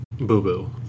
boo-boo